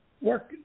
work